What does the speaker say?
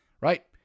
right